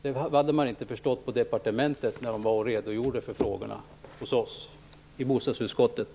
Det hade man inte förstått på departementet när man redogjorde för frågorna hos oss i bostadsutskottet.